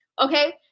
okay